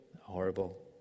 horrible